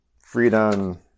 Freedom